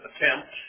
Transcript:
attempt